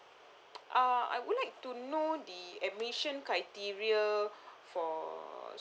uh I would like to know the admission criteria for